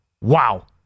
wow